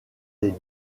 des